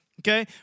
Okay